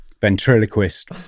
ventriloquist